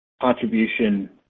contribution